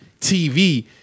TV